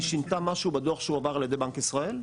היא שינתה משהו בדו"ח שלה שהועבר על ידי בנק ישראל?